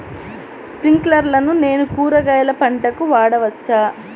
స్ప్రింక్లర్లను నేను కూరగాయల పంటలకు వాడవచ్చా?